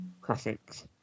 classics